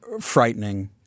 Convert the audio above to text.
frightening